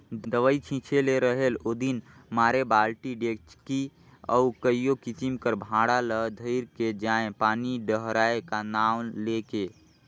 दवई छिंचे ले रहेल ओदिन मारे बालटी, डेचकी अउ कइयो किसिम कर भांड़ा ल धइर के जाएं पानी डहराए का नांव ले के